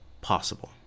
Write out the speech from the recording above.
possible